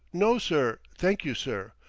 no, sir, thank you, sir.